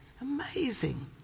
amazing